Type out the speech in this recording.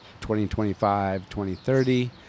2025-2030